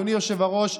אדוני היושב-ראש,